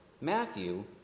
Matthew